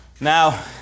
Now